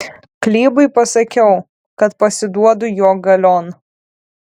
klybui pasakiau kad pasiduodu jo galion